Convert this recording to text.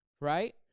right